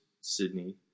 Sydney